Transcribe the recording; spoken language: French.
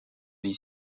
vie